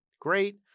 Great